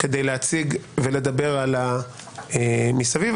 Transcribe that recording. כדי להציג ולדבר מסביב,